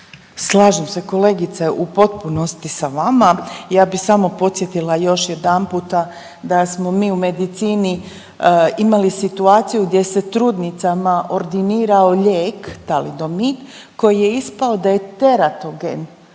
Slažem se kolegice u potpunosti sa vama. Ja bi samo podsjetila još jedanputa da smo mi u medicini imali situaciju gdje se trudnicama ordinirao lijek Talidomid koji je ispao da je teratogen